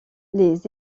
les